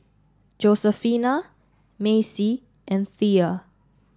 Josefina Macie and Thea